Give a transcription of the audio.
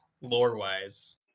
lore-wise